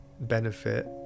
benefit